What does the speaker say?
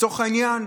לצורך העניין,